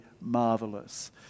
marvelous